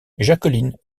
jacqueline